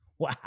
Wow